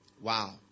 Wow